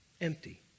empty